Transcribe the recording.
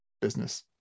business